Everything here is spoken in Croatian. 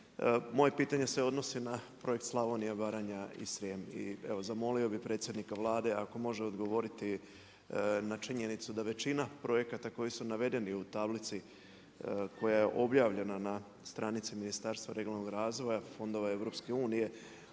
Moje pitanje se odnosi na projekt Slavonija, Baranja i Srijem. I evo zamolio bih predsjednika Vlade ako može odgovoriti na činjenicu da većina projekata koji su navedeni u tablici koja je objavljena na stranici Ministarstva regionalnog razvoja, fondova EU da se